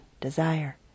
desire